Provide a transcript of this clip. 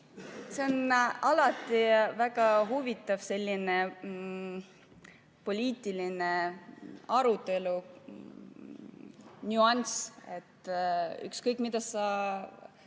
See on alati väga huvitav selline poliitilise arutelu nüanss: ükskõik, mida sa